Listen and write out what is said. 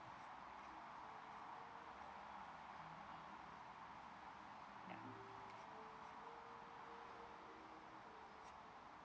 yup